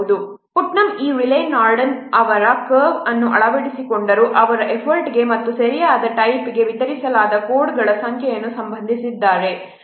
Putnam ಈ Rayleigh ನಾರ್ಡೆನ್ಅವರ curve ಅನ್ನು ಅಳವಡಿಸಿಕೊಂಡರು ಅವರು ಎಫರ್ಟ್ಗೆ ಮತ್ತು ಸರಿಯಾದ ಟೈಪ್ಗೆ ವಿತರಿಸಲಾದ ಕೋಡ್ಗಳ ಸಂಖ್ಯೆಯನ್ನು ಸಂಬಂಧಿಸಿದ್ದಾರೆ